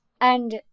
And-